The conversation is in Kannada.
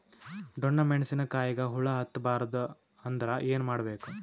ಡೊಣ್ಣ ಮೆಣಸಿನ ಕಾಯಿಗ ಹುಳ ಹತ್ತ ಬಾರದು ಅಂದರ ಏನ ಮಾಡಬೇಕು?